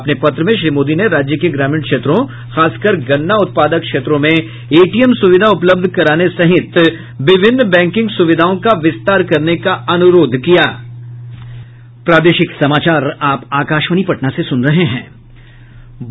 अपने पत्र में श्री मोदी ने राज्य के ग्रामीण क्षेत्रों खासकर गन्ना उत्पादक क्षेत्रों में एटीएम सुविधा उपलब्ध कराने सहित विभिन्न बैंकिंग सुविधाओं का विस्तार करने का अनुरोध किया है